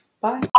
Bye